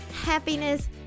happiness